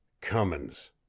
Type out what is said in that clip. Cummins